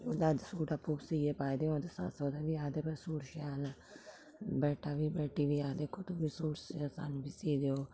खुद अज्ज सूट आपूं सीऐ पाए दे होन ते सस्स सौह्रा बी आखदे भाई सूट शैल न बेटा बी बेटी बी आखदे खुद भाई सूट स सानूं बी सी देओ